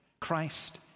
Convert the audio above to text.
Christ